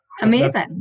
amazing